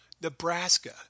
Nebraska